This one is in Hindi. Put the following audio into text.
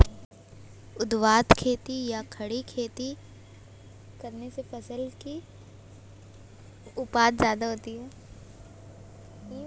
ऊर्ध्वाधर खेती या खड़ी खेती करने से फसल की उपज ज्यादा होती है